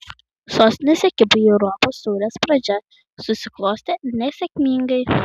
sostinės ekipai europos taurės pradžia susiklostė nesėkmingai